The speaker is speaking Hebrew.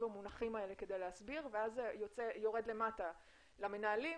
במונחים האלה כדי להסביר ואז זה יורד למטה למנהלים,